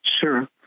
Sure